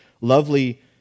lovely